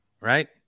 right